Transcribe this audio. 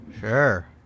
Sure